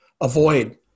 avoid